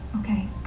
Okay